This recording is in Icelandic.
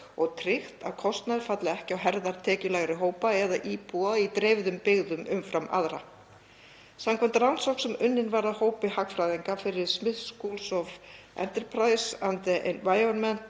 og tryggt að kostnaður falli ekki á herðar tekjulægri hópa eða íbúa í dreifðum byggðum umfram aðra. Samkvæmt rannsókn sem unnin var af hópi hagfræðinga fyrir Smith School of Enterprise and the Environment